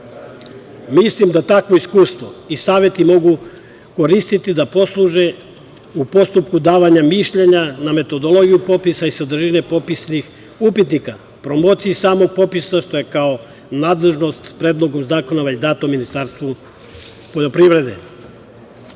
Mislim da takvo iskustvo i saveti mogu koristiti da posluže u postupku davanja mišljenja na metodologiju popisa i sadržine popisnih upitnika, promociji samog popisa, što je kao nadležnost Predlogom zakona već dato Ministarstvu poljoprivrede. Pokretanjem